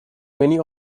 many